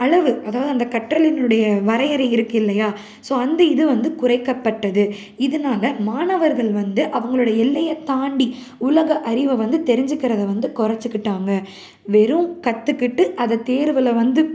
அளவு அதாவது அந்த கற்றலினுடைய வரையறை இருக்கு இல்லையா ஸோ அந்த இது வந்து குறைக்கப்பட்டது இதனால மாணவர்கள் வந்து அவங்களோட எல்லையை தாண்டி உலக அறிவை வந்து தெரிஞ்சிக்கிறத வந்து கொறைச்சிக்கிட்டாங்க வெறும் கற்றுக்கிட்டு அதை தேர்வில் வந்து